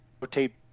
rotate